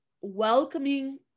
welcoming